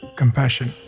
compassion